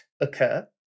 occur